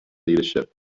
leadership